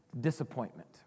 Disappointment